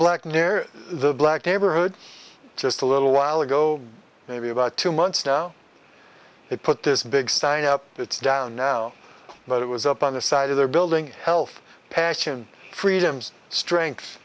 the black neighborhood just a little while ago maybe about two months now they put this big sign up it's down now but it was up on the side of the building health passion freedoms strength